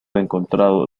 encontrado